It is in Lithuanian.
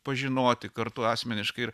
pažinoti kartu asmeniškai ir